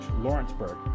lawrenceburg